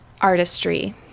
artistry